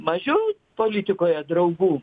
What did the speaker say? mažiau politikoje draugų